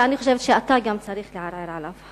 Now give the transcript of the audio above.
ואני חושבת שגם אתה צריך לערער עליו.